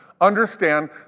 understand